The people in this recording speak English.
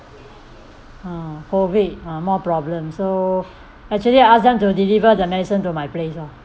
ah COVID more problem so actually I ask them to deliver the medicine to my place lor